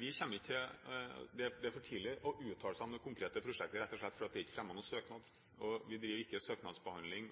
Det er for tidlig å uttale seg om det konkrete prosjektet, rett og slett fordi det ikke er fremmet noen søknad, og vi driver ikke søknadsbehandling